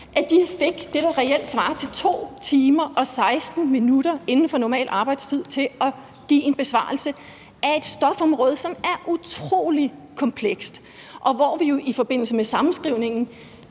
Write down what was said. – fik det, der reelt svarer til 2 timer og 16 minutter inden for normal arbejdstid til at give en besvarelse på et stofområde, som er utrolig komplekst, og hvor vi i forbindelse med sammenskrivningen